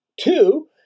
two